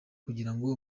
kugirango